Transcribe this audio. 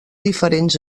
diferents